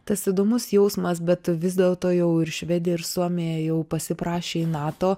tas įdomus jausmas bet vis dėlto jau ir švedija ir suomija jau pasiprašė į nato